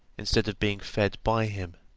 instead of being fed by him.